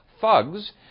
thugs